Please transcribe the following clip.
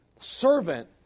servant